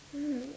hmm